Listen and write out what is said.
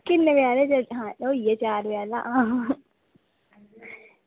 किन्ने बजे हारे चलगे होइये चार बजे आं